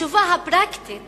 שהתשובה הפרקטית